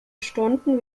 stunden